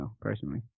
personally